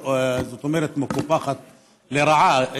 מקופחת לרעה.